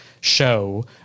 show